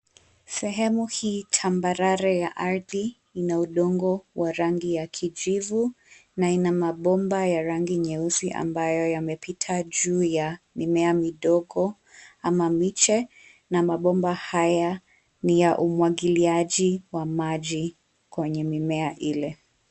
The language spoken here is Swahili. Sehemu hii tambarare ya ardhi, ina udongo wa rangi ya kijivu na ina mabomba ya rangi nyeusi, ambayo yamepita juu ya mimea midogo ama miche na mabomba haya ni ya umwagiliaji wa maji kwenye mimea ile.